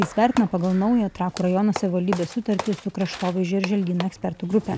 jis vertina pagal naują trakų rajono savivaldybės sutartį su kraštovaizdžio ir želdynų ekspertų grupę